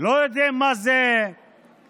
הם לא יודעים מה זה זכויות